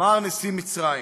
אמר נשיא מצרים: